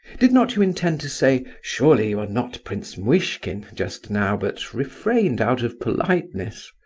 did not you intend to say, surely you are not prince muishkin just now, but refrained out of politeness?